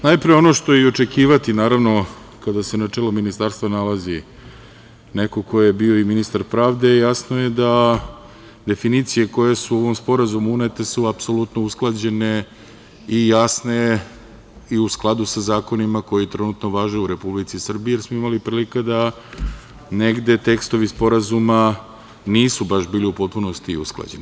Najpre, ono što je i očekivati kada se na čelu ministarstva nalazi neko ko je bio i ministar pravde, jasno je da definicije koje su u ovom sporazumu unete su apsolutno usklađene i jasne i u skladu sa zakonima koji trenutno važe u Republici Srbiji jer smo imali prilike da negde tekstovi sporazuma nisu baš bili u potpunosti usklađeni.